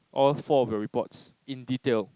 all four of your reports in detail